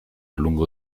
lungo